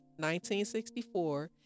1964